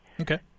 Okay